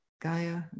Gaia